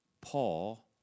Paul